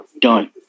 done